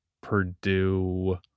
purdue